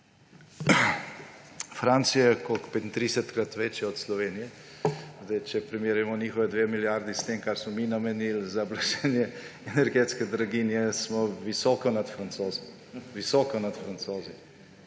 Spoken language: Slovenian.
Francija je – koliko? 35-krat večja od Slovenije. Če primerjamo njihovi 2 milijardi s tem, kar smo mi namenili za blaženje energetske blaginje, smo visoko nad Francozi.